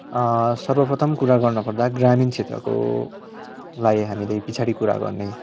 सर्वप्रथम कुरा गर्नपर्दा ग्रामीण क्षेत्रकोलाई हामीले पछाडि कुरा गर्ने